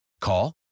Call